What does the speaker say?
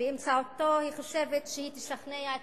שבאמצעותו היא חושבת שהיא תשכנע את